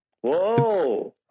Whoa